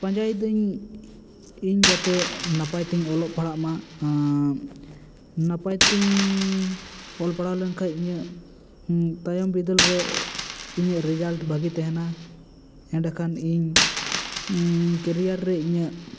ᱯᱟᱸᱡᱟᱭ ᱤᱫᱟᱧ ᱤᱧ ᱡᱟᱛᱮᱧ ᱱᱟᱯᱟᱭ ᱛᱮᱧ ᱚᱞᱚᱜ ᱯᱟᱲᱦᱟᱜ ᱢᱟ ᱱᱟᱯᱟᱭ ᱛᱮᱧ ᱚᱞ ᱯᱟᱲᱟᱦᱟᱣ ᱞᱮᱱᱠᱷᱟᱱ ᱤᱧᱟᱹᱜ ᱛᱟᱭᱚᱢ ᱵᱤᱫᱟᱞ ᱨᱮ ᱤᱧᱟᱹᱜ ᱨᱤᱡᱟᱞᱴ ᱵᱷᱟᱜᱮ ᱛᱟᱦᱮᱱ ᱢᱟ ᱠᱷᱟᱱ ᱤᱧ ᱠᱮᱨᱤᱭᱟᱨ ᱨᱮ ᱤᱧᱟᱹᱜ